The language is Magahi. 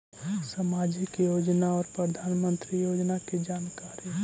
समाजिक योजना और प्रधानमंत्री योजना की जानकारी?